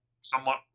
somewhat